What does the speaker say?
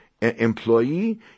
employee